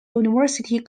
university